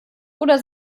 oder